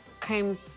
came